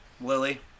Lily